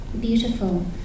beautiful